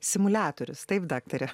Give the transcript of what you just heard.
simuliatorius taip daktare